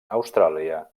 austràlia